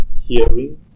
hearing